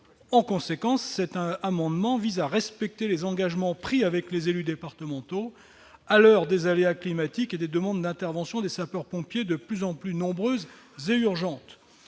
en conséquence c'est un amendement vise à respecter les engagements pris avec les élus départementaux à l'heure des aléas climatiques et des demandes d'interventions des sapeurs-pompiers de plus en plus nombreuses à urgente,